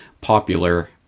popular